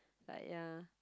like ya